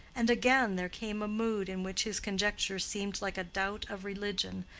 and again there came a mood in which his conjectures seemed like a doubt of religion,